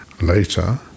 later